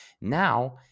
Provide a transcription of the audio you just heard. Now